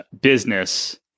business